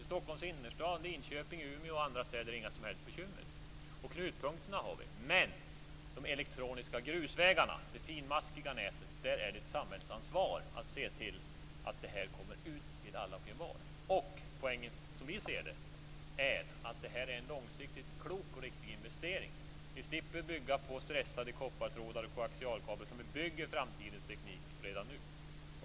I Stockholms innerstad, i Linköping, i Umeå och i andra städer är det inga som helst bekymmer, och knutpunkterna finns. Men beträffande de elektroniska grusvägarna, det finmaskiga nätet, är det ett samhällsansvar att se till att detta kommer ut till alla och envar. Som vi ser det är poängen att detta är en långsiktigt klok och riktig investering. Vi slipper bygga på stressade koppartrådar och koaxialkablar, utan vi bygger framtidens teknik redan nu.